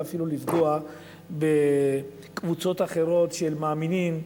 אפילו לפגוע בקבוצות אחרות של מאמינים,